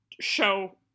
show